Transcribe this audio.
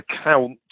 account